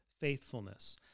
faithfulness